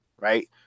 right